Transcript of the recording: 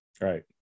Right